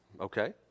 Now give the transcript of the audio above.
Okay